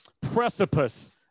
precipice